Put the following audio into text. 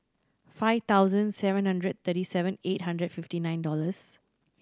five thousand seven hundred thirty seven eight hundred fifty nine dollars